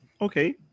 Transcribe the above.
Okay